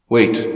Wait